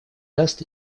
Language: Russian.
даст